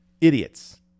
idiots